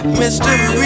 mystery